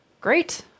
Great